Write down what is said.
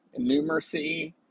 numeracy